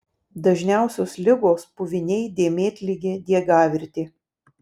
dažniausios ligos puviniai dėmėtligė diegavirtė